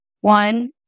one